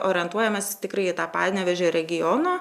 orientuojamės tikrai į tą panevėžio regiono